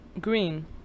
Green